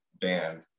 band